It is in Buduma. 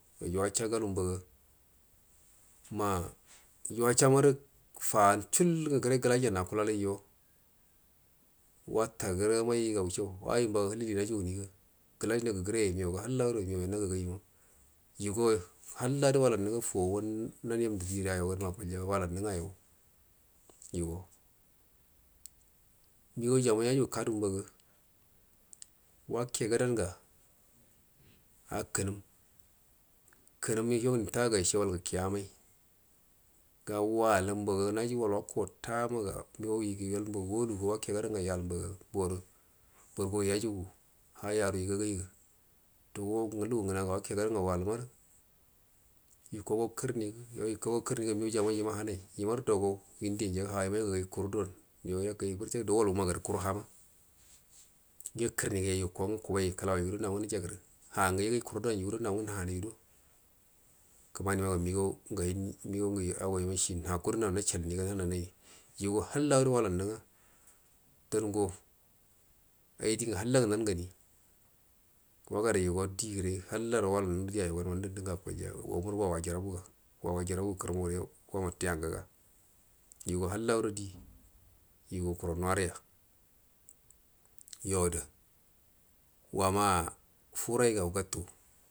Yuwacha galn mbaga ma yuwacha maru faan chul ngu kune glassan akulalaija wataguru imaiga wushe wai mbaga hilili najuguniga glass nagəgəraiya imcuga hallado imeuyo nagagai ima gago hallado walannu nga pouwa nanə yumdə shiga di ayauganma akutiya walannu nga ayau yago migan jamai yajagu kadu mbaga wake gadanga a kunum kunum kunum yawuni taga ishe wal gəke amair gawalu mbaga naji wal wako tamaga migak yulu yol mbaga yaluga wake gadanga yal mbaga borguwai yajagu hayaru igagaiga dango lugu ngnaga wake gaduga yal marə yokogo kənigə yokogo kərənigə ga migau jamai ima hanai imanə daugo windiyaujaga ha ima yagagai kuradon yagagai yakai murchak do wol wumagərə kuru hama go kərəngəma yukoru kuba i kəlau yado nan nga nijagərə ngu yagai kurudon judo nau nga nanudo kumani maga migan ngə hayin migan ngu agai ma shi nagudu nau nachalniga yanawa naiyi yugo hallado walannu ya dango aidingə halla ngu nangani wakadə yugo dire hallaro walannu nga di ayan ganə ngundu-ngunduma akulya kura wawa jirabuga wawa jirabu kərəmu yay wamattuya nguga yugo hallado di yugo kurau nuwaruya yo ada wamaa furaiga wugattu.